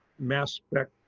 mass spec,